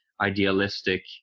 idealistic